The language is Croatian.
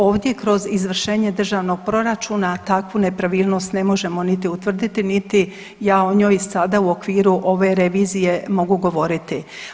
Ovdje kroz izvršenje državnog proračuna takvu nepravilnost ne možemo niti utvrditi niti ja o njoj sada u okviru ove revizije mogu govoriti.